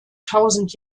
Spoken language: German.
tausend